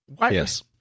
Yes